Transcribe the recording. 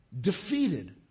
defeated